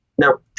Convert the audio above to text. No